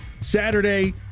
Saturday